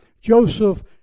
joseph